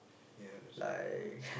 ya that's quite true